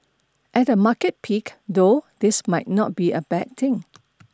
at a market peak though this might not be a bad thing